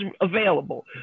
available